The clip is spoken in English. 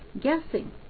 guessing